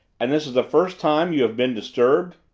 and this is the first time you have been disturbed?